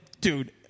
Dude